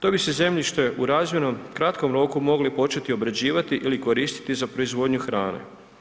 To bi se zemljište u razmjerno kratkom roku mogli početi obrađivati ili koristiti za proizvodnju hrane.